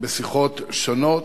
בשיחות שונות,